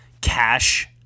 cash